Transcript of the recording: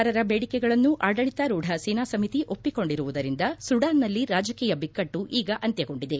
ಪ್ರತಿಭಟನಕಾರರ ಬೇಡಿಕೆಗಳನ್ನು ಆಡಳಿತಾರೂಢ ಸೇನಾ ಸಮಿತಿ ಒಪ್ಪಿಕೊಂಡಿರುವುದರಿಂದ ಸುಡಾನ್ನಲ್ಲಿ ರಾಜಕೀಯ ಬಿಕ್ಕಟ್ಟು ಈಗ ಅಂತ್ಯಗೊಂಡಿದೆ